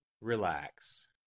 relax